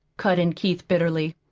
cut in keith bitterly.